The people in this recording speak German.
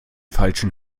falschen